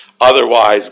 Otherwise